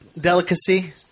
delicacy